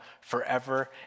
forever